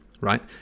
right